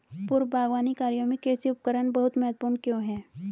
पूर्व बागवानी कार्यों में कृषि उपकरण बहुत महत्वपूर्ण क्यों है?